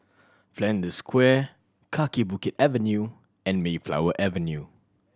Flanders Square Kaki Bukit Avenue and Mayflower Avenue